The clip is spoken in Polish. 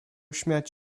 śmiać